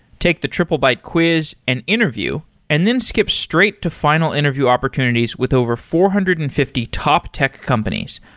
take the triplebyte quiz and interview and then skip straight to final interview opportunities with over four hundred and fifty top tech companies,